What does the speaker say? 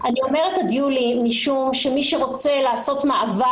אני אומרת עד יולי משום שמי שרוצה לעשות מעבר